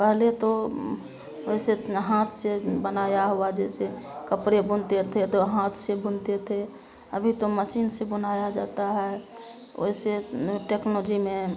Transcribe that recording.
पहले तो वैसे इतना हाथ से बनाया हुआ जैसे कपड़े बुनते थे तो हाथ से बुनते थे अभी तो मसीन से बुनाया जाता है वैसे टेक्नोजी में